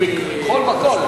בכל מקום,